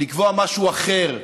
לקבוע משהו אחר,